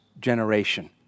generation